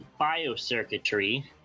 biocircuitry